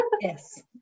Yes